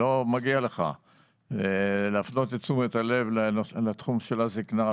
מגיעה לך תודה על שהפנת את תשומת הלב שלנו לתחום הזקנה.